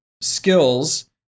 skills